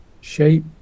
shape